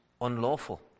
unlawful